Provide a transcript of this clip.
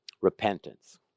Repentance